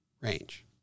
range